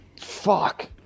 Fuck